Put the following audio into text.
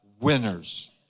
winners